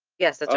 yes, that's